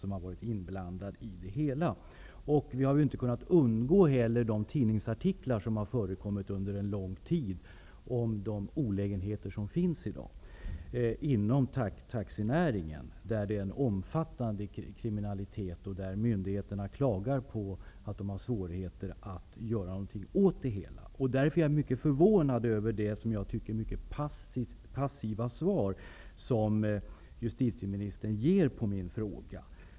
Vi har inte kunnat undgå de tidningsartiklar som har förekommit under en lång tid om de olägenheter som finns i dag inom taxinäringen, där det förekommer en omfattande kriminalitet. Myndigheterna klagar på att de har svårigheter att göra någonting åt det hela. Därför är jag mycket förvånad över det som jag tycker mycket passiva svar som justitieministern ger på min fråga.